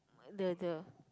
the the